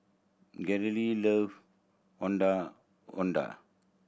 love Ondeh Ondeh